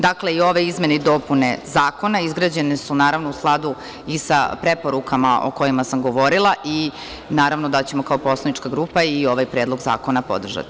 Dakle, i ove izmene i dopune zakona izgrađene su naravno u skladu i sa preporukama o kojima sam govorila i naravno da ćemo kao poslanička grupa i ovaj predlog zakona podržati.